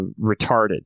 retarded